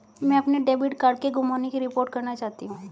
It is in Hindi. मैं अपने डेबिट कार्ड के गुम होने की रिपोर्ट करना चाहती हूँ